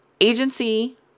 agency